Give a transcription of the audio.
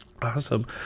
Awesome